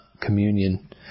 communion